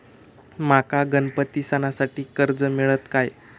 माका गणपती सणासाठी कर्ज मिळत काय?